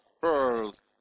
pearls